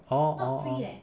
orh orh orh